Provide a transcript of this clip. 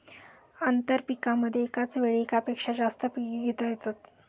आंतरपीकांमध्ये एकाच वेळी एकापेक्षा जास्त पिके घेता येतात